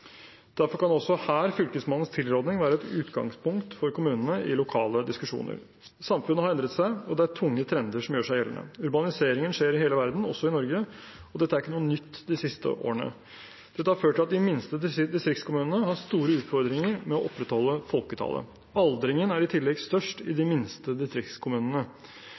Derfor kan også her Fylkesmannens tilråding være utgangspunkt for kommunene i lokale diskusjoner. Samfunnet har endret seg, og det er tunge trender som gjør seg gjeldende. Urbaniseringen skjer i hele verden, også i Norge, og dette er ikke noe nytt de siste årene. Dette har ført til at de minste distriktskommunene har store utfordringer med å opprettholde folketallet. Aldringen er i tillegg størst i de minste distriktskommunene.